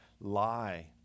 lie